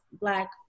Black